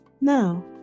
Now